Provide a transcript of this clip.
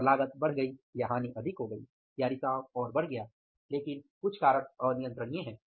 और लागत बढ़ गई या हानि अधिक हो गई या रिसाव और बढ़ गया लेकिन कुछ कारक अनियंत्रणीय हैं